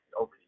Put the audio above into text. over